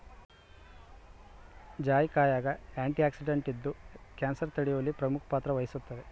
ಜಾಯಿಕಾಯಾಗ ಆಂಟಿಆಕ್ಸಿಡೆಂಟ್ ಇದ್ದು ಕ್ಯಾನ್ಸರ್ ತಡೆಯುವಲ್ಲಿ ಪ್ರಮುಖ ಪಾತ್ರ ವಹಿಸುತ್ತದೆ